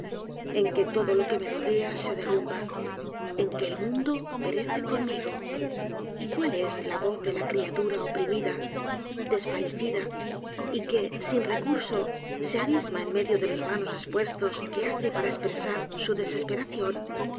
en que todo lo que me rodea se derrumba en que el mundo perece conmigo cuál es la voz de la criatura oprimida desfallt cida y que sin recurso se abisma en medio de los vanos esfuerzos que hace para espresar su desesperación